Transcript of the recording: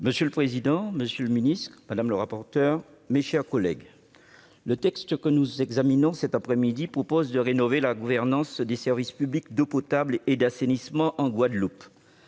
Monsieur le président, monsieur le ministre, mes chers collègues, le texte que nous examinons cette après-midi rénove la gouvernance des services publics d'eau potable et d'assainissement en Guadeloupe.